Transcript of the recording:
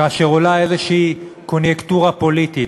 כאשר עולה איזושהי קוניוקטורה פוליטית,